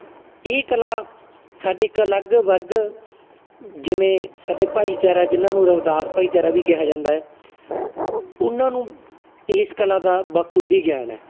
ਇਹ ਕਲਾ ਸਾਡੀ ਇੱਕ ਅਲੱਗ ਵਰਗ ਜਿਵੇਂ ਸਾਡੇ ਭਾਈਚਾਰਾ ਜਿਨਾਂ ਨੂੰ ਰਵਿਦਾਸ ਭਾਈਚਾਰਾ ਵੀ ਕਿਹਾ ਜਾਂਦਾ ਹੈ ਉਹਨਾਂ ਨੂੰ ਇਸ ਕਲਾ ਦਾ ਬਖੂਬੀ ਗਿਆਨ ਹੈ